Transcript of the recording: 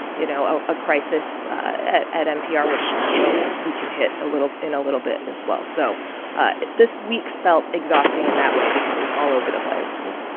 you know, a a crisis at at npr, which i'm sure we can hit a little in a little bit as well. so this week felt exhausting in that way because it was all over the place yeah.